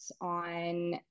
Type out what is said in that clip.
on